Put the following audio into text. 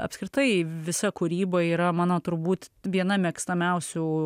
apskritai visa kūryba yra mano turbūt viena mėgstamiausių